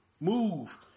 move